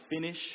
Finish